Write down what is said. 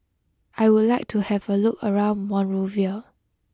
I would like to have a look around Monrovia